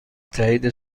تایید